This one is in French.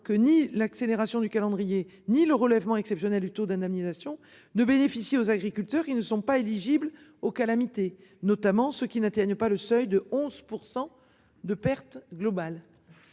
que ni l'accélération du calendrier ni le relèvement exceptionnel du taux d'indemnisation ne bénéficie aux agriculteurs ils ne sont pas éligible aux calamités notamment ceux qui n'atteignent pas le seuil de 11% de perte globale.